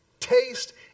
Taste